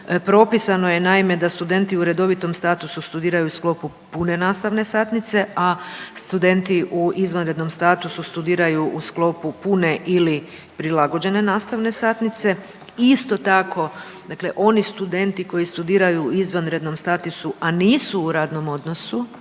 Propisano je naime da studenti u redovitom statusu studiraju u sklopu pune nastavne satnice, a studenti u izvanrednom statusu studiraju u sklopu pune ili prilagođene nastavne satnice. Isto tako, dakle oni studenti koji studiraju u izvanrednom statusu, a nisu u radnom odnosu,